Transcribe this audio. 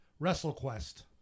WrestleQuest